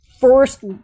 first